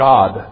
God